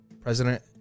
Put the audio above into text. President